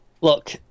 Look